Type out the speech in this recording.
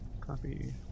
Copy